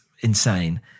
insane